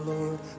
Lord